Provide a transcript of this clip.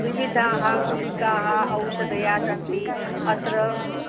विविधाः गुलिकाः औषधानि सन्ति अत्र